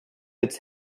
its